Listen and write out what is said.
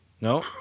No